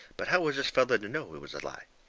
but how was this feller to know it was a lie?